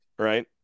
Right